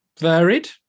Varied